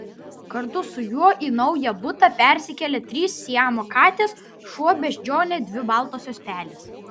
kartu su juo į naują butą persikėlė trys siamo katės šuo beždžionė ir dvi baltosios pelės